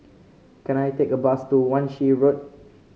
can I take a bus to Wan Shih Road